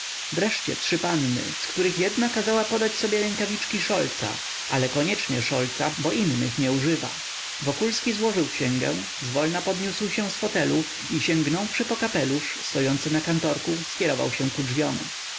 nareszcie trzy panny z których jedna kazała podać sobie rękawiczki szolca ale koniecznie szolca bo innych nie używa wokulski złożył księgę zwolna podniósł się z fotelu i sięgnąwszy po kapelusz stojący na kantorku skierował się ku drzwiom